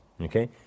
Okay